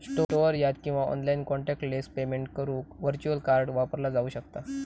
store यात किंवा online contactless payment करुक व्हर्च्युअल कार्ड वापरला जाऊ शकता